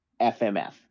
FMF